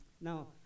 Now